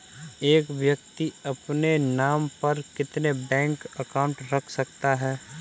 एक व्यक्ति अपने नाम पर कितने बैंक अकाउंट रख सकता है?